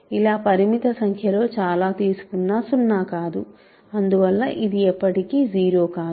ఇలా పరిమిత సంఖ్యలో చాలా తీసుకున్నా 0 కాదు అందువల్ల అది ఎప్పటికీ 0 కాదు